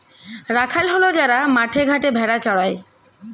রাখাল হল যারা মাঠে ঘাটে ভেড়া চড়ায়